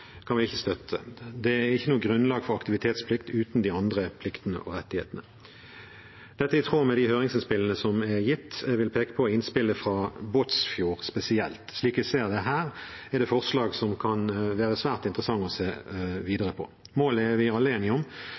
kan vi ikke støtte. Det er ikke noe grunnlag for aktivitetsplikt uten de andre pliktene og rettighetene. Dette er i tråd med de høringsinnspillene som er gitt. Jeg vil peke på innspillet fra Båtsfjord spesielt. Slik vi ser det, er dette forslag som det kan være svært interessant å se videre på. Målet er vi alle enige om: